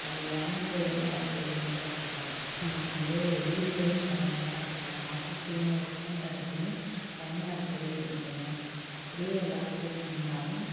அது ஏன்னு தெரியிலை அப்போயிலேந்து அப்படி தான் நான் வந்து வீட்டிலையும் தனியாக தான் இருப்பேன் ஆஃபீஸ்லையும் ஒர்க் பண்ணுற இடத்துலையும் தனியாக இருக்கவே விரும்புவேன் அப்படியே எல்லோர் கூடயும் இருந்தாலும்